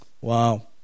Wow